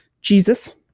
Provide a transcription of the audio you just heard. Jesus